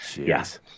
yes